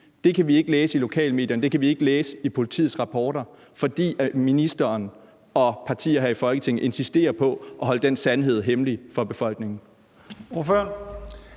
– kan vi ikke læse i lokalmedierne eller i politiets rapporter, fordi ministeren og nogle partier her i Folketinget insisterer på at holde den sandhed hemmelig for befolkningen.